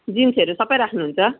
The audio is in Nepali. जिन्सहरू सबै राख्नुहुन्छ